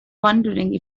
wondering